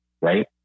Right